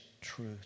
Truth